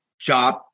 Job